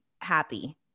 happy